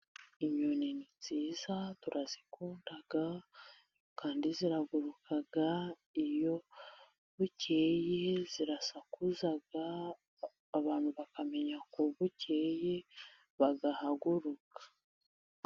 Inyoni ni nziza turazikunda kandi ziraguruka, iyo bukeye zirasakuza, abantu bakamenya ko bukeye, bagahaguruka.